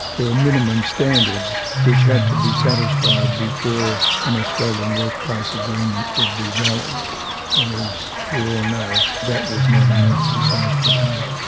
there were minimum standards which had to be satisfied before an australian workplace agreement would be valid. but as we all know, that was not enough to save the day.